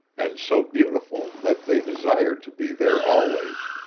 and so beautiful that they desired to be there always.